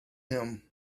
him